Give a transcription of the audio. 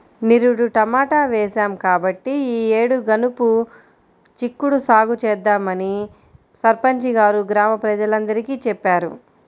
నిరుడు టమాటా వేశాం కాబట్టి ఈ యేడు గనుపు చిక్కుడు సాగు చేద్దామని సర్పంచి గారు గ్రామ ప్రజలందరికీ చెప్పారు